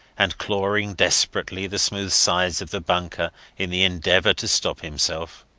and clawing desperately the smooth sides of the bunker in the endeavour to stop himself.